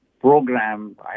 program